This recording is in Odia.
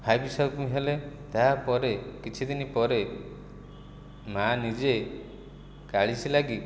ହାଇବିସ ହେଲେ ତାପରେ କିଛି ଦିନ ପରେ ମାଁ ନିଜେ କାଳିସୀ ଲାଗି